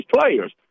players